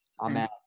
Amen